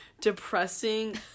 depressing